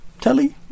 telly